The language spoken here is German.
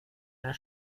der